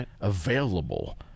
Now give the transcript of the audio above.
available